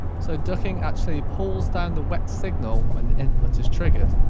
so ducking actually pulls down the wet signal when the input is triggered.